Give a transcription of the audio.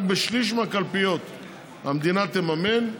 רק בשליש מהקלפיות המדינה תממן,